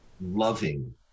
loving